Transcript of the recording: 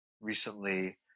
recently